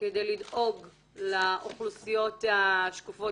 עבור האוכלוסיות השקופות.